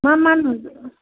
मा मा नु